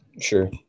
Sure